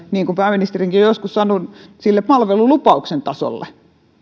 niin kuin pääministerikin on joskus sanonut sille palvelulupauksen tasolle